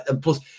Plus